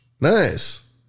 Nice